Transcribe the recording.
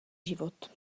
život